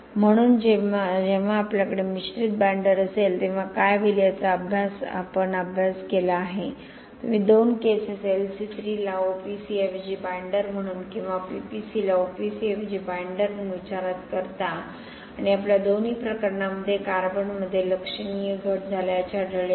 म्हणून जेव्हा आपल्याकडे मिश्रित बाइंडर असेल तेव्हा काय होईल याचा आपण अभ्यास केला आहे तुम्ही दोन केसेस LC3 ला OPC ऐवजी बाईंडर म्हणून किंवा PPC ला OPC ऐवजी बाईंडर म्हणून विचार करता आणि आपल्या दोन्ही प्रकरणांमध्ये कार्बनमध्ये लक्षणीय घट झाल्याचे आढळले आहे